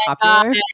popular